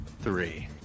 Three